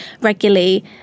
regularly